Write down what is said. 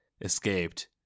escaped